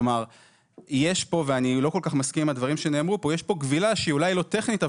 כלומר יש פה כבילה שהיא אולי לא טכנית,